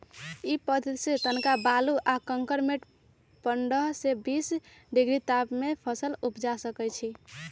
इ पद्धतिसे तनका बालू आ कंकरमें पंडह से बीस डिग्री तापमान में फसल उपजा सकइछि